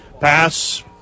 Pass